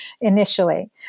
initially